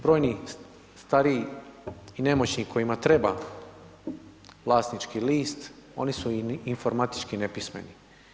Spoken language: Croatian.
Brojni stariji i nemoćni kojima treba vlasnički list oni su informatički nepismeni.